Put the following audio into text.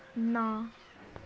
ਨਾ